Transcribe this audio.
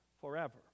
forever